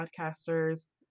podcasters